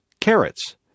carrots